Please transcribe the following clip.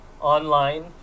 Online